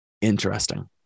Interesting